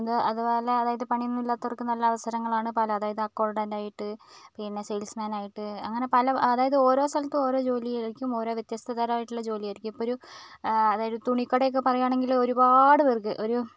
അത് അത്പോലെ അതായത് പണി ഒന്നുമില്ലാത്തവർക്ക് നല്ല അവസരങ്ങളാണ് പല അതായത് അക്കൗണ്ടൻ്റായിട്ട് പിന്നെ സെയിൽസ് മാനയിട്ട് അങ്ങനെ പല അതായത് ഓരോ സ്ഥലത്തും ഓരോ ജോലിയായിരിക്കും ഓരോ വ്യത്യസ്തത തരമായിട്ടുള്ള ജോലിയായിരിക്കും ഇപ്പോൾ ഒരു അതായത് തുണിക്കടയൊക്കെ പറയുവാണെങ്കിൽ ഒരുപാട് പേർക്ക് ഒരു